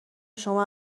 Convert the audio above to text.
شما